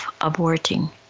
aborting